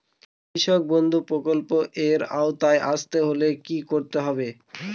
কৃষকবন্ধু প্রকল্প এর আওতায় আসতে হলে কি করতে হবে?